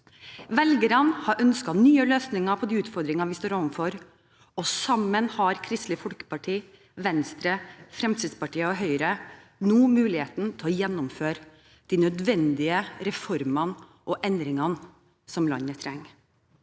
Velgerne har ønsket nye løsninger på de utfordringene vi står overfor, og sammen har Kristelig Folkeparti, Venstre, Fremskrittspartiet og Høyre nå muligheten til å gjennomføre de nødvendige reformene og endringene som landet trenger,